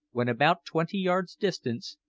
when about twenty yards distant,